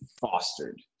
fostered